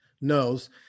knows